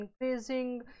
increasing